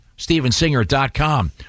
StephenSinger.com